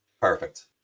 perfect